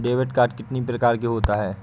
Debit card कितनी प्रकार के होते हैं?